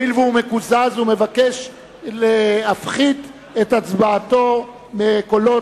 הואיל והוא מקוזז הוא מבקש להפחית את הצבעתו מקולות